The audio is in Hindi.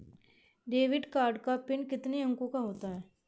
डेबिट कार्ड का पिन कितने अंकों का होता है?